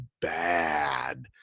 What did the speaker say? bad